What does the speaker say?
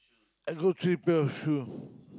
I got three pair of shoe